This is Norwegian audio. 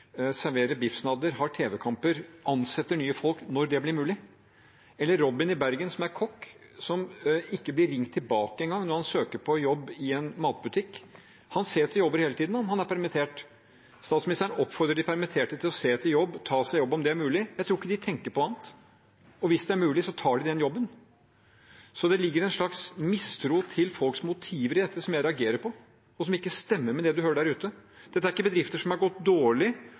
biffsnadder, viser TV-kamper, ansetter nye folk – når det blir mulig. Robin i Bergen er kokk og blir ikke ringt tilbake engang når han søker på jobb i en matbutikk. Han ser etter jobber hele tiden, og han er permittert. Statsministeren oppfordrer de permitterte til å se etter jobb og ta seg jobb om det er mulig. Jeg tror ikke de tenker på annet, og hvis det er mulig, tar de den jobben. Det ligger en slags mistro til folks motiver i dette som jeg reagerer på, og som ikke stemmer med det man hører der ute. Dette er ikke bedrifter som har gått dårlig,